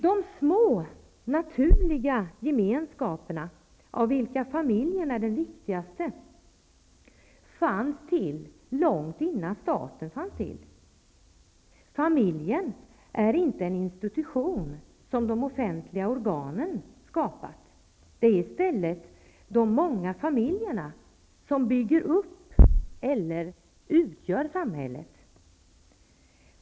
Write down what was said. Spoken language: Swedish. De små, naturliga gemenskaperna, av vilka familjerna är de viktigaste, fanns till långt innan staten fanns till. Familjen är inte en institution som de offentliga organen skapat. Det är i stället de många familjerna som bygger upp eller utgör samhället.